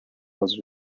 was